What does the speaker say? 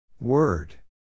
Word